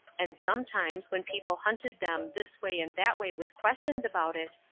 and sometimes when people hunted them this way and that way with questions about it,